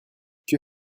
que